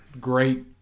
great